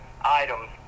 items